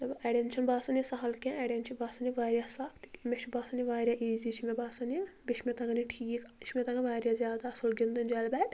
اَڑیٚن چھُنہٕ باسان یہِ سَہَل کیٚنٛہہ اَڑیٚن چھُ باسان یہِ واریاہ سَخ تہٕ کہِ مےٚ چھُ باسان یہِ واریاہ ایٖزی چھِ مےٚ باسان یہِ بیٚیہِ چھِ مےٚ تَگان یہِ ٹھیٖک یہِ چھُ تَگان واریاہ زیادٕ اصٕل گِنٛدٕنۍ جالہِ بیٹ